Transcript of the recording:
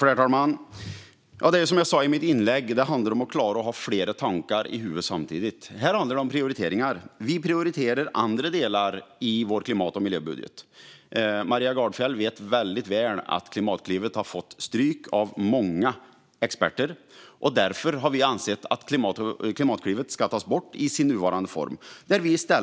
Herr talman! Som jag sa i mitt anförande handlar det om att klara av att ha flera tankar i huvudet samtidigt. Här handlar det om prioriteringar. Vi prioriterar andra delar i vår klimat och miljöbudget. Maria Gardfjell vet väldigt väl att Klimatklivet har fått stryk av många experter. Därför har vi ansett att Klimatklivet i dess nuvarande form ska tas bort.